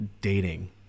Dating